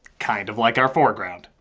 kind of like our foreground.